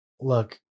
Look